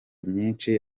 myinshi